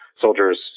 soldiers